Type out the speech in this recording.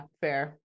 fair